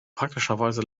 praktischerweise